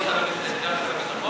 לא את סגן שר הביטחון,